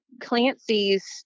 Clancy's